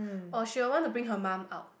or she will want to bring her mum out